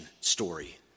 story